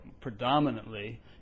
predominantly